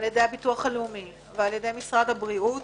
הביטוח הלאומי ומשרד הבריאות